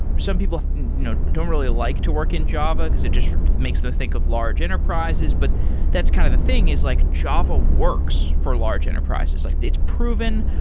some people don't really like to work in java, because it just makes them think of large enterprise. but that's kind of thing, is like java works for large enterprises. like it's proven.